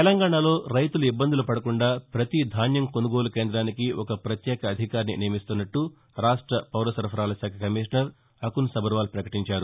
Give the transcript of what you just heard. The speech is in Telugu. తెలంగాణలో రైతులు ఇబ్బందులు పడకుండా ప్రతి ధాన్యం కొనుగోలు కేంద్రానికి ఒక ప్రత్యేకాధికారిని నియమిస్తున్నట్లు రాష్ట్ర పౌరసరఫరాల శాఖ కమిషనర్ అకున్ సబర్వాల్ ప్రకటించారు